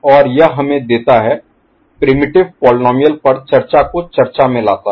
और यह हमें देता है प्रिमिटिव Primitive आदिम पोलीनोमिअल पर चर्चा को चर्चा में लाता है